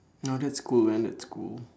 no that's cool man that's cool